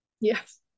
Yes